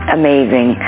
amazing